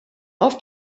auf